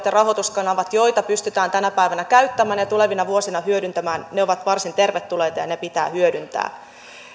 ja rahoituskanavat joita pystytään tänä päivänä käyttämään ja tulevina vuosina hyödyntämään ovat varsin tervetulleita ja ne pitää hyödyntää